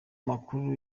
makuru